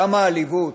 כמה עליבות,